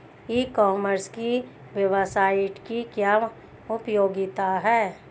E commerce की website की क्या उपयोगिता है?